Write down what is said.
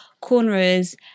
corners